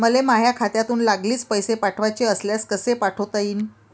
मले माह्या खात्यातून लागलीच पैसे पाठवाचे असल्यास कसे पाठोता यीन?